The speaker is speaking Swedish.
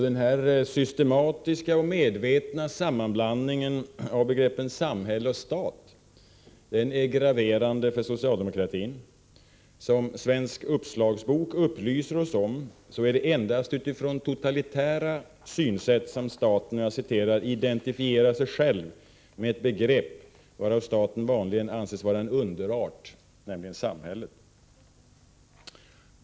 Denna systematiska och medvetna sammanblandning av begreppen ”samhälle” och ”stat” är graverande för socialdemokratin. Som Svensk uppslagsbok upplyser oss om är det endast utifrån totalitära synsätt, som staten ”identifierar sig själv med ett begrepp, varav staten vanligen anses vara en underart, samhället”.